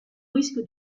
risque